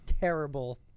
terrible